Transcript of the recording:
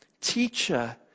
Teacher